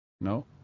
No